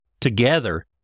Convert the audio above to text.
Together